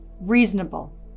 reasonable